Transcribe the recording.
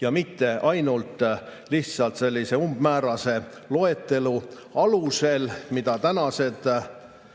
ja mitte ainult lihtsalt sellise umbmäärase loetelu alusel, mida tänased